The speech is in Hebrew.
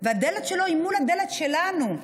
והדלת שלו היא מול הדלת שלנו.